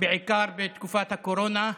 בעיקר בתקופת הקורונה.